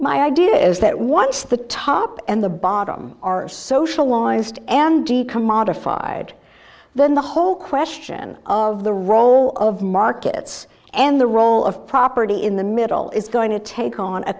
my idea is that once the top and the bottom are socialized and commodified then the whole question of the role of markets and the role of property in the middle is going to take on a